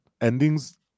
endings